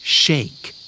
shake